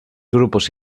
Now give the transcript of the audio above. grupos